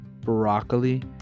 broccoli